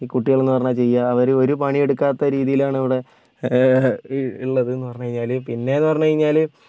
കുട്ടികളെന്ന് പറഞ്ഞാൽ ചെയ്യുക അവര് ഒരു പണിയെടുക്കാത്ത രീതിയിലാണ് ഇവിടെ ഉള്ളതെന്ന് പറഞ്ഞ് കഴിഞ്ഞാൽ പിന്നെന്നു പറഞ്ഞു കഴിഞ്ഞാല്